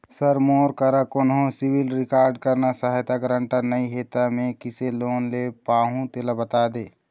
sir मोर करा कोन्हो सिविल रिकॉर्ड करना सहायता गारंटर नई हे ता मे किसे लोन ले पाहुं तेला बता दे